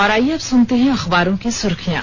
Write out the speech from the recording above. और आइये अब सुनते हैं अखबारों की सुर्खियां